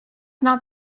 not